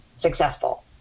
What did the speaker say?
successful